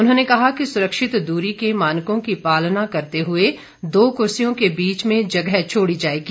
उन्होंने कहा कि सुरक्षित दूरी के मानकों की पालना करते हुए दो कुर्सियों से बीच में जगह छोड़ी जाएगी